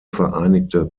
vereinigte